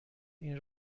این